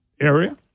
area